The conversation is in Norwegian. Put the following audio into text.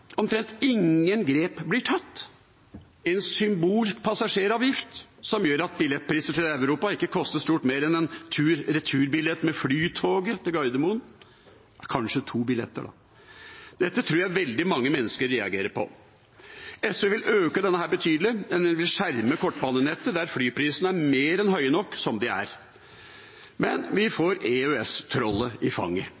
Omtrent ingen grep blir tatt – en symbolsk passasjeravgift som gjør at en billett til Europa ikke koster stort mer enn en tur-retur-billett med flytoget til Gardermoen – kanskje to billetter da. Dette tror jeg veldig mange mennesker reagerer på. SV vil øke denne betydelig, men vil skjerme kortbanenettet, der flyprisene er mer enn høye nok som de er. Men vi